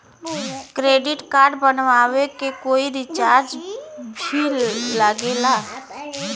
Credit card बनवावे के कोई चार्ज भी लागेला?